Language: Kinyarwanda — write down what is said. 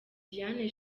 diane